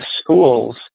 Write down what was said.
schools